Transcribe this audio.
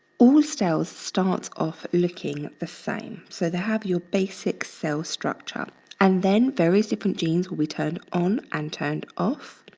all cells starts off looking at the same so they have your basic cell structure and then various different genes will be turned on and turned off,